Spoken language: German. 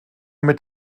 mit